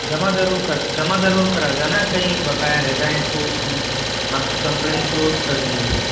जमा जरूर कर जमा जरूर करा जाना कहीं बकाया रह जाएँ तो हम आपकी कंप्लैंट क्लोज कर देंगे